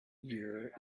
year